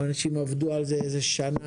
אנשים עבדו על זה כשנה,